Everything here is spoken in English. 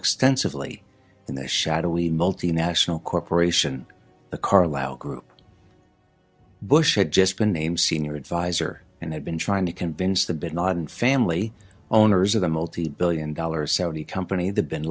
extensively in the shadowy multinational corporation the carlyle group bush had just been named senior advisor and had been trying to convince the bin laden family owners of the multi billion dollar saudi company the bin